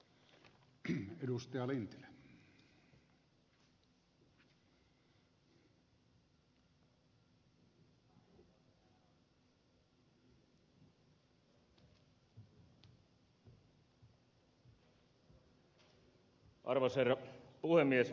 arvoisa herra puhemies